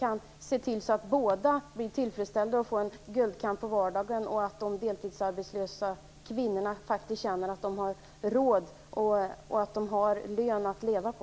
Då ser man till så att båda grupperna blir tillfredsställda och får en guldkant på vardagen, och så att de deltidsarbetslösa kvinnorna känner att de har råd - att de har en lön att leva på.